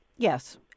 Yes